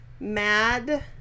mad